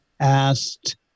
asked